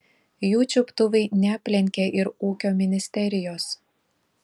jų čiuptuvai neaplenkė ir ūkio ministerijos